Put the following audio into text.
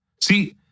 See